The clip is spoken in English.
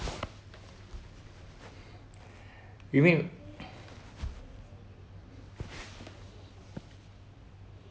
you mean